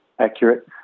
accurate